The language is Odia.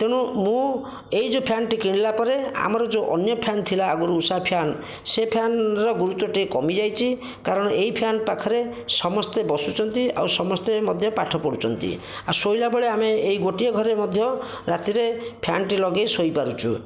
ତେଣୁ ମୁଁ ଏହି ଯେଉଁ ଫ୍ୟାନ୍ଟି କିଣିଲା ପରେ ଆମର ଯେଉଁ ଅନ୍ୟ ଫ୍ୟାନ୍ ଥିଲା ଆଗରୁ ଉଷା ଫ୍ୟାନ୍ ସେ ଫ୍ୟାନ୍ର ଗୁରୁତ୍ଵ ଟିକେ କମିଯାଇଛି କାରଣ ଏଇ ଫ୍ୟାନ୍ ପାଖରେ ସମସ୍ତେ ବସୁଛନ୍ତି ଆଉ ସମସ୍ତେ ମଧ୍ୟ ପାଠ ପଢ଼ୁଛନ୍ତି ଆଉ ଶୋଇଲାବେଳେ ଆମେ ଏହି ଗୋଟିଏ ଘରେ ମଧ୍ୟ ରାତିରେ ଫ୍ୟାନ୍ଟି ଲଗାଇ ଶୋଇପାରୁଛୁ